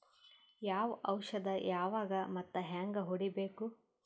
ಯಾವ ಔಷದ ಯಾವಾಗ ಮತ್ ಹ್ಯಾಂಗ್ ಹೊಡಿಬೇಕು?